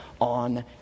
on